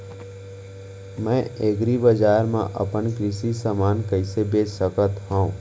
मैं एग्रीबजार मा अपन कृषि समान कइसे बेच सकत हव?